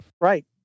Right